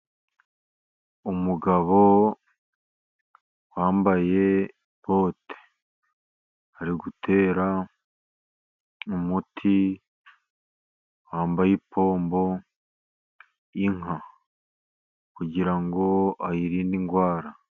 Umugabo wambaye bote, ari gutera umuti, wambaye ipombo, inka kugira ngo ayirinde indwara.